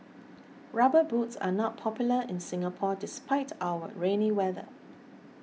rubber boots are not popular in Singapore despite our rainy weather